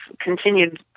continued